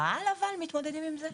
ברעל אבל מתמודדים עם זה?